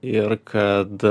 ir kad